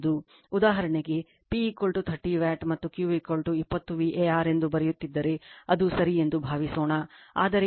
ಉದಾಹರಣೆಗೆ P 30 watt ಮತ್ತು Q 20 var ಎಂದು ಬರೆಯುತ್ತಿದ್ದರೆ ಅದು ಸರಿ ಎಂದು ಭಾವಿಸೋಣ